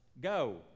go